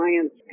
science